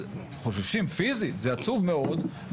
חוששים פיזית זה עצוב מאוד.